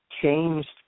changed